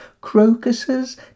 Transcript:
Crocuses